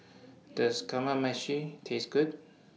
Does Kamameshi Taste Good